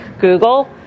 Google